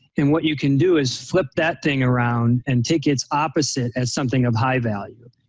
and what you can do is flip that thing around and take its opposite as something of high value.